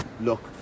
look